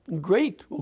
Great